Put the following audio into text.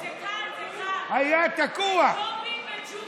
זה קל, זה קל, זה ג'ובים וג'ובות.